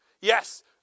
Yes